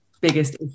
biggest